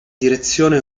direzione